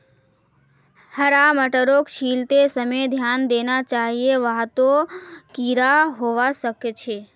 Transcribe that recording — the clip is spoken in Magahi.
हरा मटरक छीलते समय ध्यान देना चाहिए वहात् कीडा हवा सक छे